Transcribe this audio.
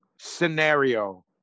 scenario